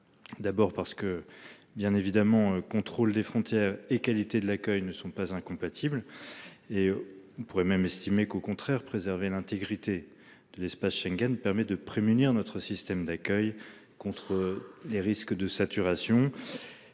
D'abord parce que bien évidemment. Contrôle des frontières et qualité de l'accueil ne sont pas incompatibles. Et il pourrait même estimé qu'au contraire préserver l'intégrité de l'espace Schengen permet de prémunir notre système d'accueil contre les risques de saturation.